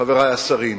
חברי השרים.